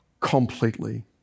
completely